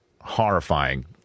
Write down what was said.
Horrifying